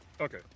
okay